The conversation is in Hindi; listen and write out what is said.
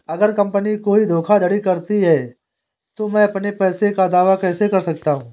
अगर कंपनी कोई धोखाधड़ी करती है तो मैं अपने पैसे का दावा कैसे कर सकता हूं?